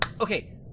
Okay